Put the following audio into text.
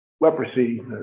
Leprosy